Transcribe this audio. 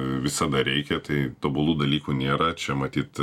visada reikia tai tobulų dalykų nėra čia matyt